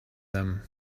them